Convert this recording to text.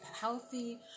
Healthy